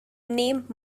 named